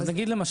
אז נגיד למשל,